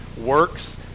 works